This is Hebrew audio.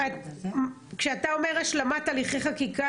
כשאתה אומר "השלמת הליכי חקיקה",